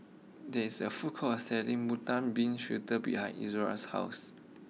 there is a food court selling Bean behind Izora's house